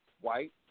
white